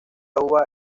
uva